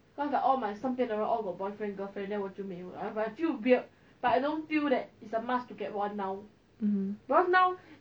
okay okay no need clap lah I don't know sia oh my god